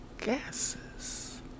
gases